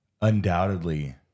undoubtedly